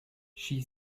she